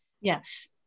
Yes